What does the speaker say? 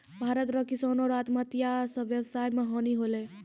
भारत रो किसानो रो आत्महत्या से वेवसाय मे हानी होलै